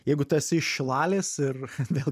jeigu tu esi iš šilalės ir vėl